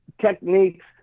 techniques